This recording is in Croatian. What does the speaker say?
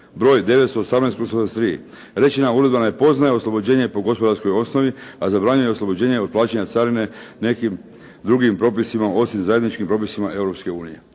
broj 918/73. Rečena uredba ne poznaje oslobođenje po gospodarskoj osnovi, a zabranjuje oslobođenje od plaćanja carine nekim drugim propisima osim zajedničkim propisima